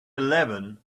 eleven